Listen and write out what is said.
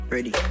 Ready